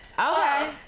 Okay